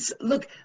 Look